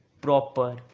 proper